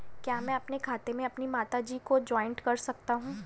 क्या मैं अपने खाते में अपनी माता जी को जॉइंट कर सकता हूँ?